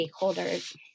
stakeholders